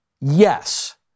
yes